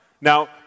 Now